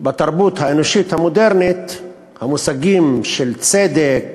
בתרבות האנושית המודרנית המושגים של צדק,